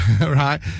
Right